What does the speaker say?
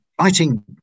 Writing